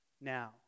now